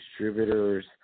distributors